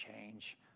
change